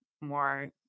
more